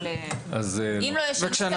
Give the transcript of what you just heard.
אבל אם לא ישנו,